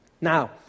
Now